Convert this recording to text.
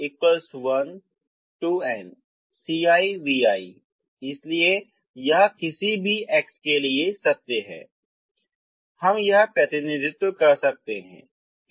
Xi1n ci vi इसलिए यह किसी भी x के लिए सत्य है हम यह प्रतिनिधित्व कर सकते हैं